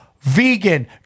vegan